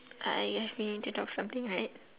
I we need to talk something right